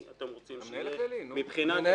המנהל הכללי של משרד הביטחון.